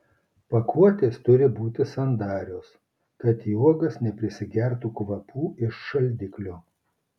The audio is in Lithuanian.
pakuotės turi būti sandarios kad į uogas neprisigertų kvapų iš šaldiklio